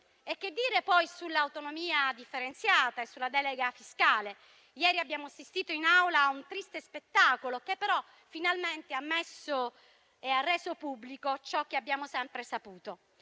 Che dire poi sull'autonomia differenziata e sulla delega fiscale? Ieri abbiamo assistito in Aula a un triste spettacolo, che però finalmente ha reso pubblico ciò che abbiamo sempre saputo: